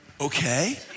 okay